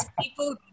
people